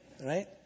right